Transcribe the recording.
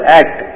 act